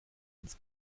ins